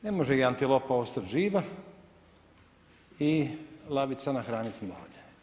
Ne može i antilopa ostati živa i lavica nahraniti mlade.